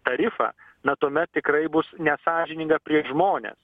tarifą na tuomet tikrai bus nesąžininga prieš žmones